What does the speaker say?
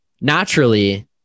Naturally